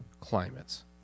climates